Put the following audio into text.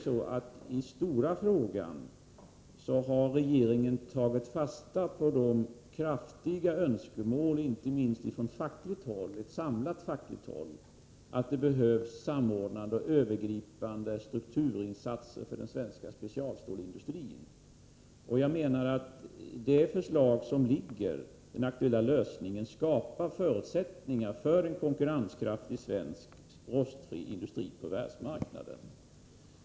I den stora frågan har regeringen tagit fasta på de kraftiga önskemålen, inte minst från samlat fackligt håll, om att det behövs samordnade och övergripande strukturinsatser för den svenska specialstålsindustrin. Och jag menar att det förslag som nu föreligger skapar förutsättningar för en konkurrenskraftig svensk rostfri industri på världsmarknaden.